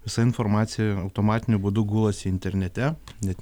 visa informacija automatiniu būdu gulasi internete net